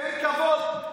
תן כבוד.